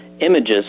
images